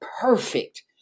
perfect